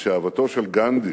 היא שאהבתו של גנדי